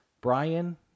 Brian